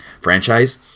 franchise